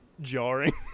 Jarring